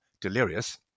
delirious